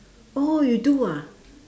oh you do ah